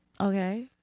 okay